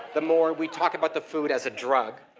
the more we talk about the food as a drug.